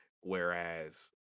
whereas